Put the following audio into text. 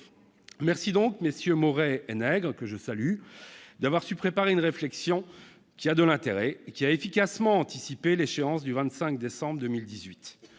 Merci, donc, à MM. Maurey et Nègre, que je salue, d'avoir su préparer une réflexion qui a de l'intérêt et qui anticipe efficacement l'échéance du 25 décembre 2018.